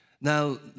Now